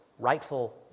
rightful